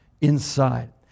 inside